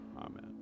Amen